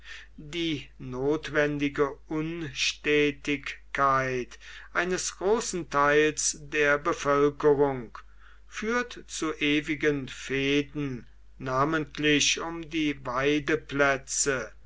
die notwendige unstetigkeit eines großen teils der bevölkerung führt zu ewigen fehden namentlich um die